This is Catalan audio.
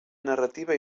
narrativa